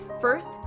First